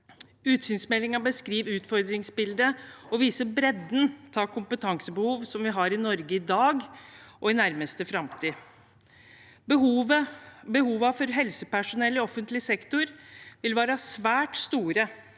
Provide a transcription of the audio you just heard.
Utsynsmeldingen beskriver utfordringsbildet og viser bredden av kompetansebehov som vi har i Norge i dag og vil ha i nærmeste framtid. Behovet for helsepersonell i offentlig sektor vil være svært stort